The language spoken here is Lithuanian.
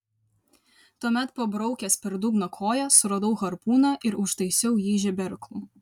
tuomet pabraukęs per dugną koja suradau harpūną ir užtaisiau jį žeberklu